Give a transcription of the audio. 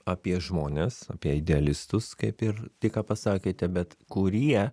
apie žmones apie idealistus kaip ir tik ką pasakėte bet kurie